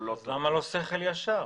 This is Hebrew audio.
למה לא שכל ישר?